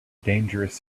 dangerous